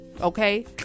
okay